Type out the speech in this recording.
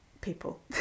people